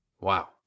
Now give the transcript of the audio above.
Wow